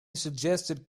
suggested